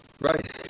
Right